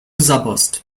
sabberst